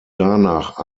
danach